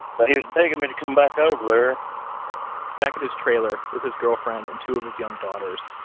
but he was begging me to come back over there back at his trailer with his girlfriend and two of his young daughters,